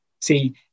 See